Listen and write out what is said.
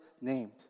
named